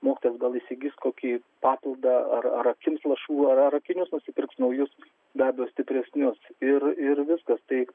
mokytojas gal įsigis kokį papildą ar ar akims lašų ar akinius nusipirks naujus be abejo stipresnius ir ir viskas tai